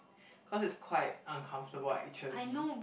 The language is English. cause is quite uncomfortable actually